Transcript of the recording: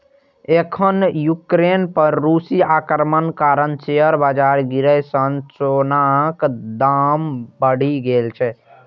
एखन यूक्रेन पर रूसी आक्रमणक कारण शेयर बाजार गिरै सं सोनाक दाम बढ़ि गेल छै